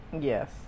Yes